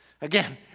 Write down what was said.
Again